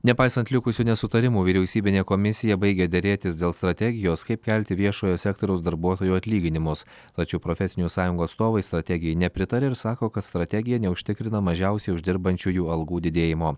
nepaisant likusių nesutarimų vyriausybinė komisija baigė derėtis dėl strategijos kaip kelti viešojo sektoriaus darbuotojų atlyginimus tačiau profesinių sąjungų atstovai strategijai nepritaria ir sako kad strategija neužtikrina mažiausiai uždirbančiųjų algų didėjimo